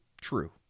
true